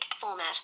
format